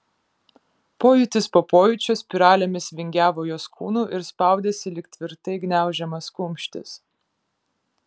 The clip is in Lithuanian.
pojūtis po pojūčio spiralėmis vingiavo jos kūnu ir spaudėsi lyg tvirtai gniaužiamas kumštis